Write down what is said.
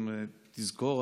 אם תזכור,